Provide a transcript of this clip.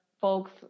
folks